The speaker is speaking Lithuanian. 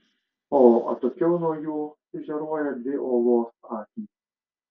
o atokiau nuo jų sužėruoja dvi uolos akys